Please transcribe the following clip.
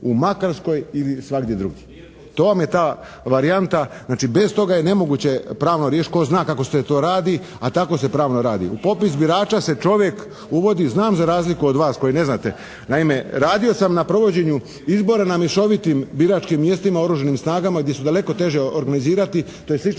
u Makarskoj ili svagdje drugdje. To vam je ta varijanta. Znači bez toga je nemoguće pravno riješiti. Tko zna kako se to radi, a tako se pravno radi. U popis birača se čovjek uvodi i znam za razliku od vas koji ne znate. Naime, radio sam na provođenju izbora na mješovitom biračkim mjestima Oružanim snagama gdje su daleko teže organizirati. To je slična